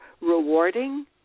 rewarding